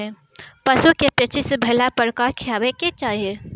पशु क पेचिश भईला पर का खियावे के चाहीं?